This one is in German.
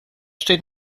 steht